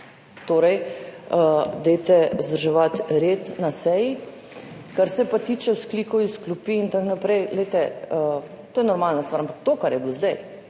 torej dajte vzdrževati red na seji. Kar se pa tiče vzklikov iz klopi in tako naprej, to je normalna stvar. Ampak to, kar je bilo zdaj,